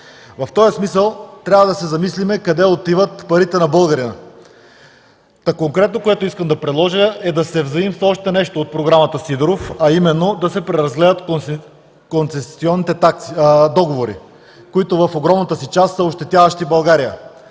В този смисъл трябва да се замислим къде отиват парите на българина. Конкретно искам да предложа да се взаимства още нещо от програмата „Сидеров”, а именно да се преразгледат концесионните договори, които в огромната си част са ощетяващи България.